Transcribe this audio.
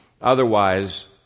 otherwise